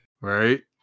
Right